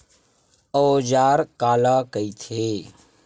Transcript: औजार काला कइथे?